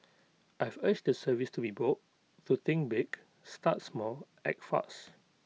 I've urged the service to be bold to think big start small act fast